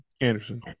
Anderson